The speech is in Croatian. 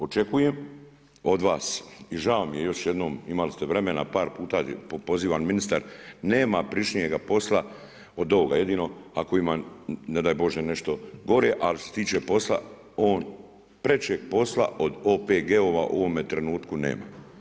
Očekujem od vas i žao mi je još jednom, imali ste vremena par puta je pozivan ministar, nema prečnijega posla od ovoga, jedino ako ima ne daj bože nešto gore, ali što se tiče posla, on prečeg posla od OPG-a u ovome trenutku nema.